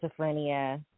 schizophrenia